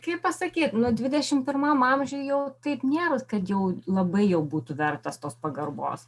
kaip pasakyt nu dvidešimt pirmam amžiuj jau taip nėra kad jau labai jau būtų vertas tos pagarbos